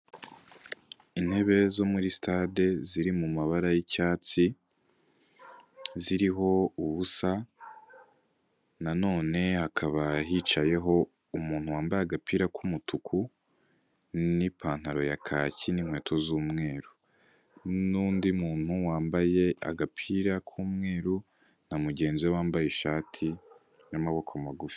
Intebe zo muri sitade ziri mu mabara y'icyatsi ziriho ubusa, nanone hakaba hicayeho umuntu wambaye agapira k'umutuku n'ipantaro ya kaki, n'inkweto z'umweru n'undi muntu wambaye agapira k'umweru, na mugenzi we wambaye ishati y'amaboko magufi.